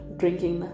drinking